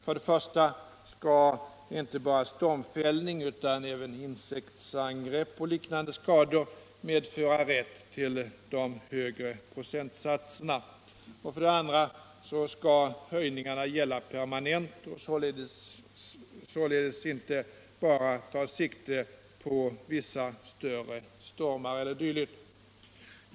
För det första skall inte bara stormfällning utan även insektsangrepp och liknande skador medföra rätt till de högre procentsatserna. För det andra skall höjningarna gälla permanent och således inte bara ta sikte på vissa större stormar e. d.